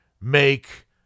make